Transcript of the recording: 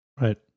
right